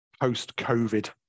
post-COVID